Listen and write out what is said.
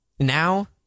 Now